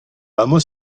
hameau